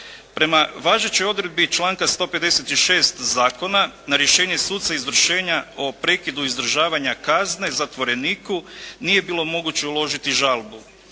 Prema važećoj odredbi članka 156. zakona na rješenje suca izvršenja o prekidu izdržavanja kazne zatvoreniku nije bilo moguće uložiti žalbu.